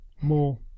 more